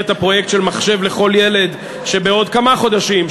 הפרויקט של "מחשב לכל ילד" שבעוד כמה חודשים,